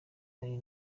ari